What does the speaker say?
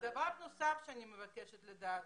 דבר נוסף שאני מבקשת לדעת,